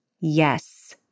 Yes